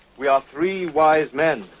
we are three wise men.